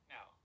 Now